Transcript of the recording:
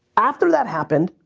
after that happened,